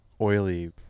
oily